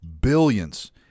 Billions